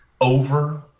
over